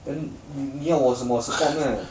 then 你要我什么 support meh